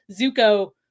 Zuko